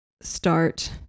start